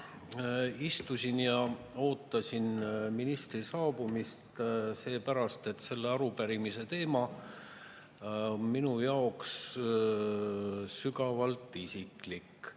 Istusin ja ootasin ministri saabumist seepärast, et selle arupärimise teema on minu jaoks sügavalt isiklik.